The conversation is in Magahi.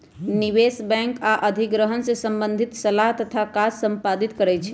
निवेश बैंक आऽ अधिग्रहण से संबंधित सलाह तथा काज संपादित करइ छै